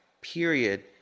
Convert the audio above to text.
period